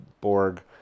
borg